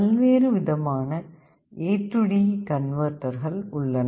பல்வேறுவிதமான AD கன்வெர்ட்டர்ர்கள் உள்ளன